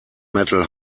metal